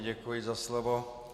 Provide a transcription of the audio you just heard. Děkuji za slovo.